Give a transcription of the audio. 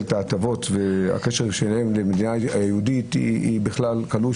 את ההטבות והקשר שלהם למדינה היהודית הוא קלוש,